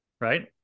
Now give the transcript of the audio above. Right